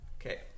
Okay